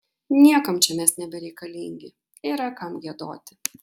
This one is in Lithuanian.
niekam čia mes nebereikalingi yra kam giedoti